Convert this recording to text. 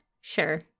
sure